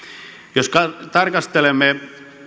jos tarkastelemme